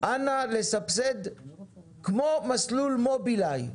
אנא לסבסד כמו מסלול מובילאיי,